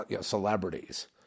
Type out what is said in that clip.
celebrities